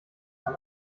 kann